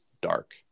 dark